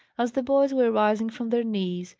as the boys were rising from their knees,